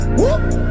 whoop